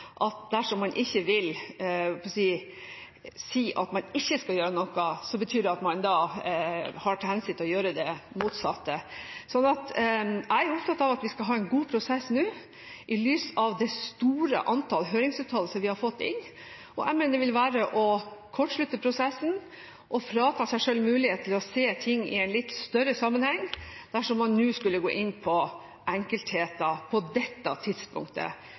at dersom man ikke vil si om man ikke skal gjøre noe, så betyr det at man har til hensikt å gjøre det motsatte. Jeg er opptatt av at vi skal ha en god prosess nå i lys av det store antallet høringsuttalelser vi har fått inn, og jeg mener det vil være å kortslutte prosessen å frata seg selv mulighet til å se ting i en litt større sammenheng dersom man nå skulle gå inn på enkeltheter på dette tidspunktet.